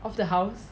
of the house